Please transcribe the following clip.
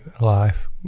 life